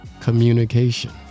communication